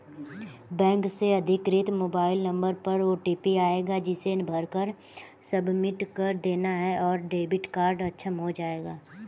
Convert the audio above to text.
bank से अधिकृत mobile number पर ओटीपी आएगा जिसे भरकर सबमिट कर देना है और डेबिट कार्ड अक्षम हो जाएगा